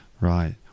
right